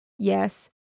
Yes